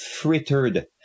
frittered